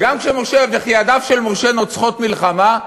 וכי ידיו של משה נוצחות מלחמה?